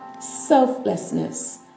selflessness